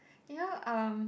you know um